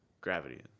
gravity